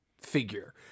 figure